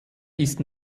ist